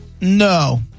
No